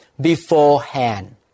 beforehand